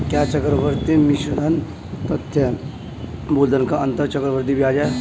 क्या चक्रवर्ती मिश्रधन तथा मूलधन का अंतर चक्रवृद्धि ब्याज है?